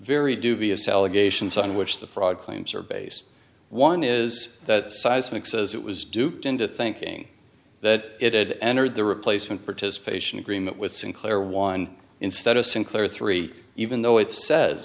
very dubious allegations on which the fraud claims are based one is that seismic says it was duped into thinking that it had entered the replacement participation agreement with sinclair one instead of sinclair three even though it says